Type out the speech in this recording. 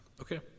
okay